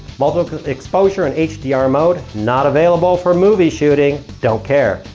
multiple exposure and hdr mode. not available for movie shooting. don't care.